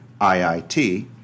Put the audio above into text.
IIT